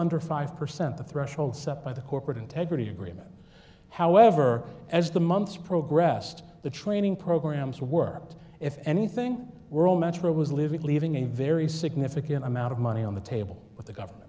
under five percent thresholds up by the corporate integrity agreement however as the months progressed the training programs were if anything were all natural was livid leaving a very significant amount of money on the table with the government